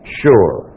sure